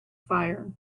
fire